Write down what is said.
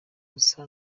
gusa